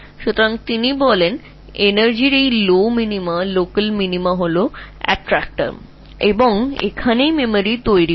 সুতরাং তিনি বলেছিলেন এই নিম্ন মিনিমা শক্তির স্থানীয় মিনিমা আকর্ষণকারী এবং সেখান থেকেই স্মৃতি তৈরি হয়